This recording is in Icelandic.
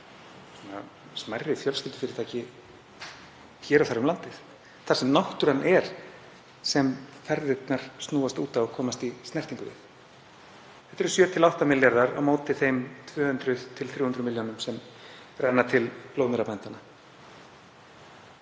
smærri fjölskyldufyrirtæki hér og þar um landið þar sem náttúran er sem ferðirnar snúast út á að komast í snertingu við. Þetta eru 7–8 milljarðar á móti þeim 200–300 milljónum sem renna til blóðmerabænda.